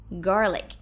garlic